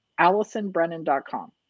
Allisonbrennan.com